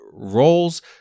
roles